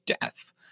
death